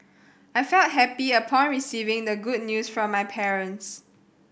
I felt happy upon receiving the good news from my parents